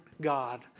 God